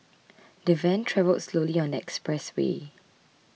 the van travelled slowly on the expressway